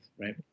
right